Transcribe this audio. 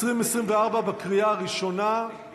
יש לנו ראש אופוזיציה מופקר וגזען.